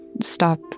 stop